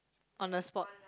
on the spot